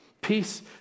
Peace